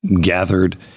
gathered